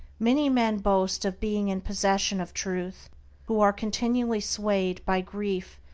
many men boast of being in possession of truth who are continually swayed by grief,